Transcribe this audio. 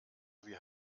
wir